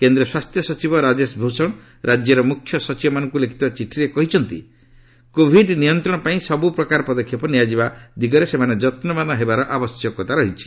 କେନ୍ଦ୍ର ସ୍ୱାସ୍ଥ୍ୟ ସଚିବ ରାଜେଶ ଭୂଷଣ ରାଜ୍ୟର ମୁଖ୍ୟ ସଚିବମାନଙ୍କୁ ଲେଖିଥିବା ଚିଠିରେ କହିଛନ୍ତି କୋଭିଡ୍ ନିୟନ୍ତ୍ରଣ ପାଇଁ ସବୁ ପ୍ରକାର ପଦକ୍ଷେପ ନିଆଯିବା ଦିଗରେ ସେମାନେ ଯତ୍ନବାନ ହେବାର ଆବଶ୍ୟକତା ରହିଛି